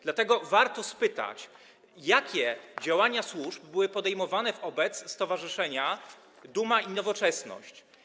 Dlatego warto spytać, jakie działania służb były podejmowane wobec stowarzyszenia Duma i Nowoczesność.